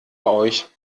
euch